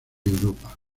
europa